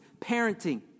parenting